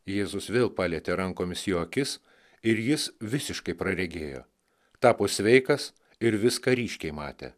jėzus vėl palietė rankomis jo akis ir jis visiškai praregėjo tapo sveikas ir viską ryškiai matė